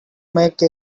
make